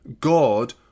God